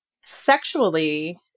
Sexually